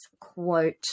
quote